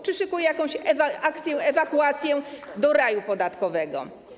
Czy szykuje jakąś akcję-ewakuację do raju podatkowego?